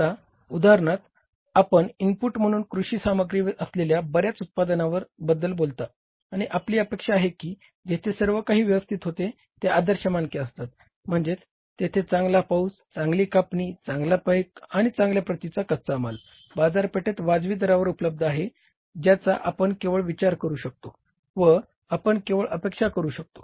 आता उदाहरणार्थ आपण इनपुट म्हणून कृषी सामग्री असलेल्या बर्याच उत्पादनांबद्दल बोलता आणि आपली अपेक्षा आहे की जेथे सर्वकाही व्यवस्थित होते ते आदर्श मानक असतात म्हणजेच तेथे चांगला पाऊस चांगली कापणी चांगली पीक आणि चांगल्या प्रतीचा कच्चा माल बाजारपेठेत वाजवी दरांवर उपलब्ध आहे ज्याचा आपण केवळ विचार करू शकतो व आपण केवळ अपेक्षा करू शकतो